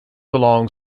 along